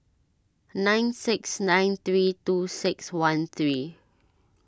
nine six nine three two six one three